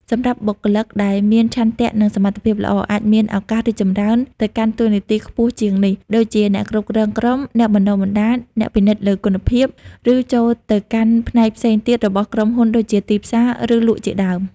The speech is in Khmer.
សម្រាប់បុគ្គលិកដែលមានឆន្ទៈនិងសមត្ថភាពល្អ អាចមានឱកាសរីកចម្រើនទៅកាន់តួនាទីខ្ពស់ជាងនេះ ដូចជា អ្នកគ្រប់គ្រងក្រុម អ្នកបណ្ដុះបណ្ដាល អ្នកពិនិត្យលើគុណភាព ឬចូលទៅកាន់ផ្នែកផ្សេងទៀតរបស់ក្រុមហ៊ុនដូចជា ទីផ្សារ ឬលក់ជាដើម។